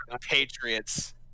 Patriots